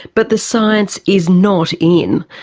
but the science is not in.